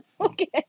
Okay